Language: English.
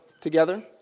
together